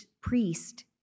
priest